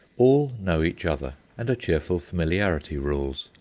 all know each other, and a cheerful familiarity rules.